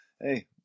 hey